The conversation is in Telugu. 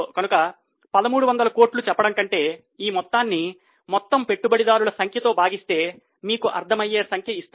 కనుక1300 కోట్లు చెప్పడం కంటే ఈ మొత్తాన్ని మొత్తము పెట్టుబడిదారుల సంఖ్యతో భాగిస్తే మీకు అర్థం అయ్యే సంఖ్య ఇస్తుంది